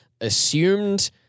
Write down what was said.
assumed